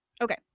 Okay